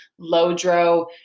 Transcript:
Lodro